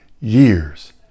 years